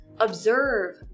observe